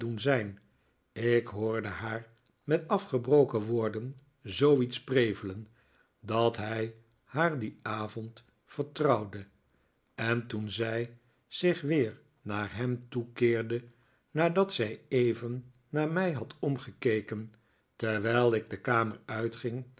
ik hoorde haar met afgebroken woorden zooiets prevelen dat hij haar dien ayond vertrouwde en toen zij zich weer naar hem toekeerde nadat zij even naar mij had omgekeken terwijl ik de kamer uitging